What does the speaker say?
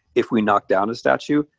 if we knock down a statue,